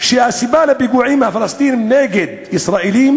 שהסיבה לפיגועים של הפלסטינים נגד ישראלים